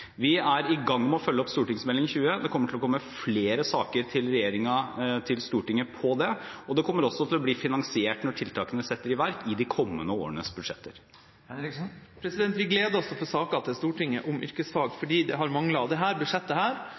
Vi er i gang med å følge opp Meld. St. 20, og det kommer til å komme flere saker til Stortinget om det. Det kommer også til å bli finansiert når tiltakene settes i verk i de kommende årenes budsjetter. Vi gleder oss til å få saker til Stortinget om yrkesfag, fordi det har manglet. Når det gjelder dette budsjettet,